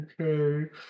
Okay